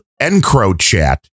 EncroChat